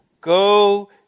Go